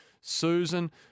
Susan